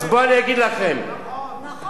אז בואו אני אגיד לכם, נכון.